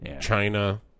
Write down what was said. China